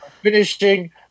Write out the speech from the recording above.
finishing